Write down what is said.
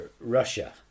Russia